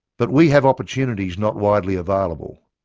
but we have opportunities not widely available.